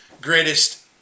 greatest